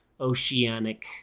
Oceanic